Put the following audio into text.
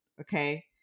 Okay